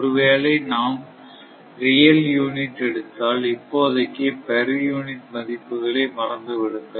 ஒருவேளை நாம் real unit எடுத்தால் இப்போதைக்கு பெர் யூனிட் மதிப்புகளை மறந்துவிடுங்கள்